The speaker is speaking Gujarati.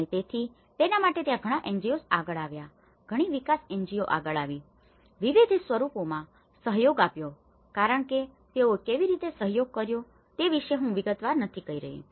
અને તેથી તેના માટે ત્યાં ઘણા NGOs આગળ આવ્યા ઘણી વિકાસ એજન્સીઓ આગળ આવી તેઓએ વિવિધ સ્વરૂપોમાં સહયોગ આપ્યો કારણ કે તેઓએ કેવી રીતે સહયોગ કર્યો તે વિશે હું વિગતવાર નથી કહી રહ્યો